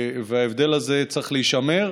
ההבדל הזה צריך להישמר,